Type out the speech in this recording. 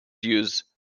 use